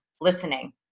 listening